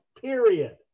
period